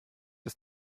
ist